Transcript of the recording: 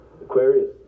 Aquarius